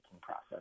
process